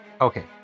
Okay